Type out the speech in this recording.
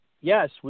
yes